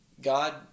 God